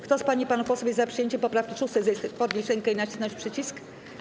Kto z pań i panów posłów jest za przyjęciem poprawki 6., zechce podnieść rękę i nacisnąć przycisk.